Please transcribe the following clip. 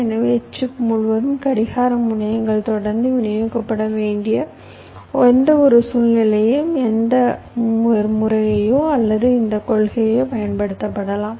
எனவே சிப் முழுவதும் கடிகார முனையங்கள் தொடர்ந்து விநியோகிக்கப்பட வேண்டிய எந்தவொரு சூழ்நிலையிலும் இந்த முறையையோ அல்லது இந்த கொள்கையையோ பயன்படுத்தலாம்